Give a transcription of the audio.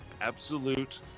absolute